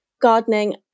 gardening